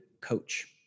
coach